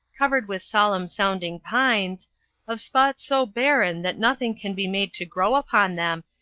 covered with solemn-sounding pines of spots so barren that nothing can be made to grow upon them,